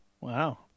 Wow